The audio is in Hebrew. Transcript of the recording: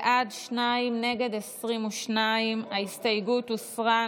בעד, שניים, נגד, 22. ההסתייגות הוסרה.